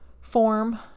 form